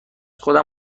خودم